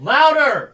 Louder